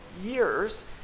years